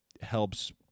helps